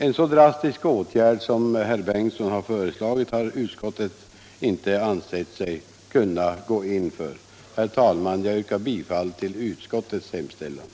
En så drastisk åtgärd som herr Bengtson föreslagit har utskottet inte ansett sig kunna gå in för. Herr talman! Jag yrkar bifall till utskottets hemställan.